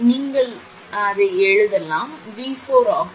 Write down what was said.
நீங்கள் உங்கள் write ஐ எழுதலாம் 𝑉4 ஆகும்